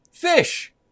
Fish